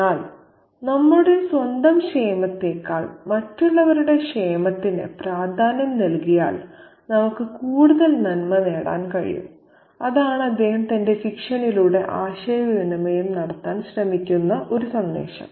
എന്നാൽ നമ്മുടെ സ്വന്തം ക്ഷേമത്തേക്കാൾ മറ്റുള്ളവരുടെ ക്ഷേമത്തിന് പ്രാധാന്യം നൽകിയാൽ നമുക്ക് കൂടുതൽ നന്മ നേടാൻ കഴിയും അതാണ് അദ്ദേഹം തന്റെ ഫിക്ഷനിലൂടെ ആശയവിനിമയം നടത്താൻ ശ്രമിക്കുന്ന സന്ദേശം